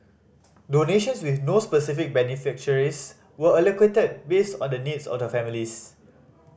donations with no specific beneficiaries were allocated based on the needs of the families